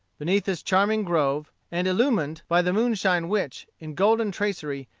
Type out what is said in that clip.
beneath this charming grove, and illumined by the moonshine which, in golden tracery,